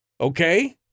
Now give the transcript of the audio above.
Okay